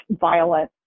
violent